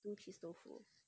two cheese 豆腐